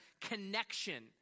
connection